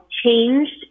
Changed